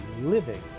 living